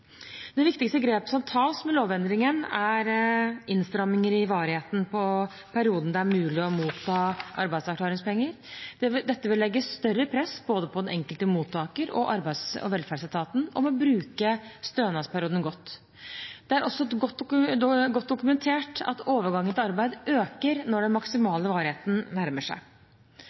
Det viktigste grepet som tas med lovendringene, er innstramninger i varigheten på perioden det er mulig å motta arbeidsavklaringspenger. Dette vil legge større press på både den enkelte mottaker og Arbeids- og velferdsetaten om å bruke stønadsperioden godt. Det er også godt dokumentert at overgangen til arbeid øker når den maksimale varigheten nærmer seg.